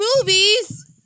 movies